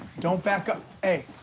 don't back up. hey.